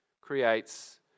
creates